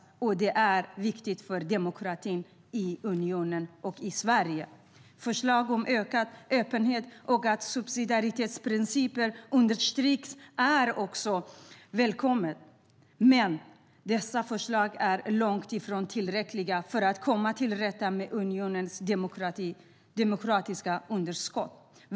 Det är viktigt för demokratin i unionen och i Sverige.Förslag om ökad öppenhet och att subsidiaritetsprincipen understryks är också välkomna, men dessa förslag är långt ifrån tillräckliga för att komma till rätta med unionens demokratiska underskott.